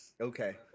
Okay